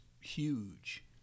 huge